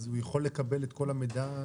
הוא יכול לקבל את כל המידע?